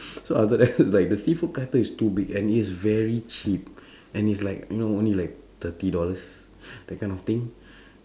so after that like the seafood platter is too big and is very cheap and is like you know only thirty dollars that kind of thing